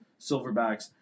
Silverbacks